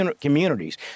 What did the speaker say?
communities